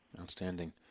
Outstanding